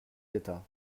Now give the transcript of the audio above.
d’état